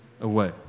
away